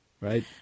right